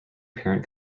parent